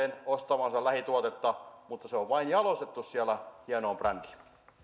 ostavansa lähituotetta mutta se on vain jalostettu siellä hienoon brändiin